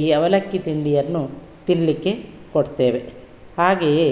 ಈ ಅವಲಕ್ಕಿ ತಿಂಡಿಯನ್ನು ತಿನ್ನಲಿಕ್ಕೆ ಕೊಡ್ತೇವೆ ಹಾಗೆಯೇ